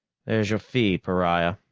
there's your fee, pariah.